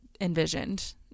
envisioned